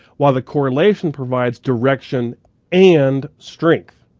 while the correlation provides direction and strength.